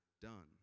done